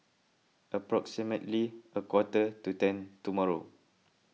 approximately a quarter to ten tomorrow